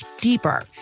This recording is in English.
deeper